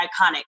iconic